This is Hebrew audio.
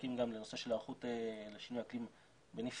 להקים גם לנושא של היערכות לשינוי אקלים בנפרד.